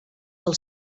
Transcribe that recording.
del